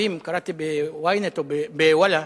קראתי ב"וואלה":